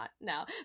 No